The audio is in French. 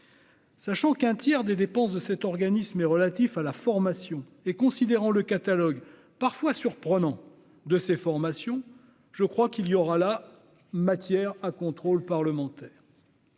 Sachant qu'un tiers des dépenses de cet organisme est relatif à la formation, et considérant le catalogue parfois surprenant de ces formations, je crois qu'il y a là matière à contrôle parlementaire.